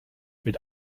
mit